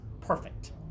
perfect